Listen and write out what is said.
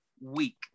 week